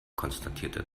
konstatierte